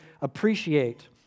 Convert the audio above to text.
appreciate